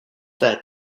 that